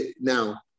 Now